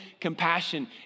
compassion